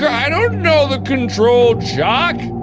i don't know the controlled shock.